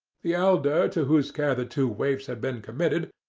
the elder to whose care the two waifs had been committed,